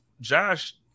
Josh